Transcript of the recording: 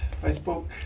Facebook